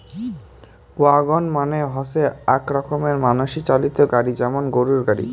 wagon মানে হসে আক রকমের মানসি চালিত গাড়ি যেমন গরুর গাড়ি